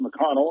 McConnell